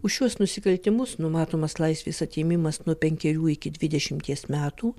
už šiuos nusikaltimus numatomas laisvės atėmimas nuo penkerių iki dvidešimties metų